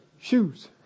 shoes